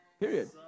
period